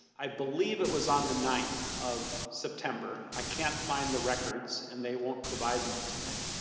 i believe it was on the ninth of september. i cannot find the records and they will provide them to me.